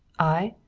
i?